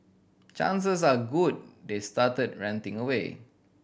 chances are good they started ranting away